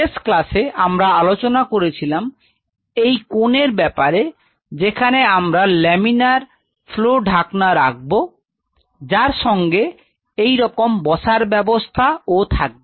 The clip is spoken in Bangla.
শেষ ক্লাসে আমরা আলোচনা করেছিলাম এই কোনের ব্যাপারে যেখানে আমরা লামিনার ফ্লও ঢাকনা রাখবো যার সঙ্গে এইরকম বসার ব্যবস্থা ও থাকবে